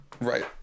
right